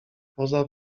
poza